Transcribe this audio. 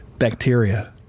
Bacteria